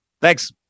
Thanks